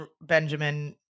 Benjamin